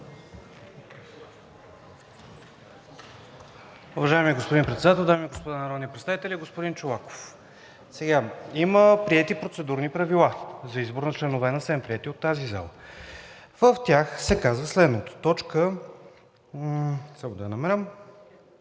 Уважаеми господин Председател, дами и господа народни представители! Господин Чолаков, има приети процедурни правила за избор на членове на СЕМ, приети от тази зала. В тях се казва следното: „т. 7. За избрани